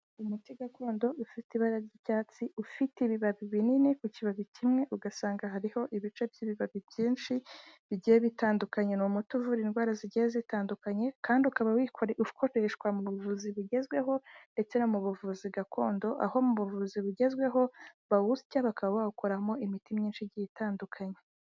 Umuti gakondo ufite ibara ry'i ryatsi ufite ibibabi binini ku kibabi kimwe ugasanga hariho ibice by'ibibabi byinshi bigiye bitandukanya, ni umuti uvura indwara zigiye zitandukanye kandi ukaba ukoreshwa mu buvuzi bugezweho ndetse no mu buvuzi gakondo, aho mu buvuzi bugezweho bawusya bakaba bawukoramo imiti myinshi igiye itandukanye.